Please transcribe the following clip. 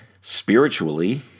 spiritually